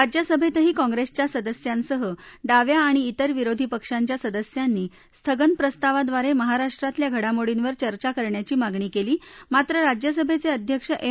राज्यसभेतही काँग्रेसच्या सदस्यांसह डाव्या आणि त्रिर विरोधी पक्षांच्या सदस्यांनी स्थगन प्रस्तावाद्वारे महाराष्ट्रातल्या घडामोडींवर चर्चा करण्याची मागणी केली मात्र राज्यसभेचे अध्यक्ष एम